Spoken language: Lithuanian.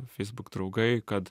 facebook draugai kad